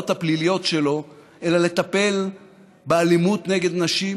הפליליות שלו אלא לטפל באלימות נגד נשים,